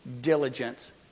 diligence